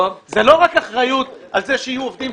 זאת לא רק אחריות על כך שיהיו עובדים,